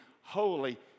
Holy